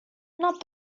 not